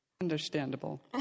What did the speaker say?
Understandable